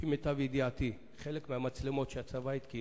לפי מיטב ידיעתי, חלק מהמצלמות שהצבא התקין